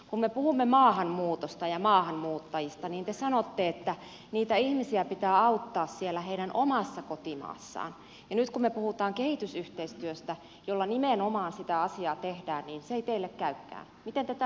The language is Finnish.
kun me puhumme maahanmuutosta ja maahanmuuttajista niin te sanotte että niitä ihmisiä pitää auttaa siellä heidän omassa kotimaassaan ja nyt kun me puhumme kehitysyhteistyöstä jolla nimenomaan sitä asiaa tehdään niin se ei teille käykään